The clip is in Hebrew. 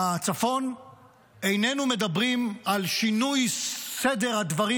בצפון איננו מדברים על שינוי סדר הדברים,